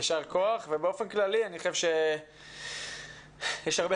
יישר כוח ובאופן כללי אני חושב שיש הרבה